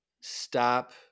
stop